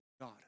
God